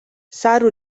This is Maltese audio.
saru